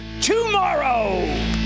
tomorrow